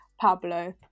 Pablo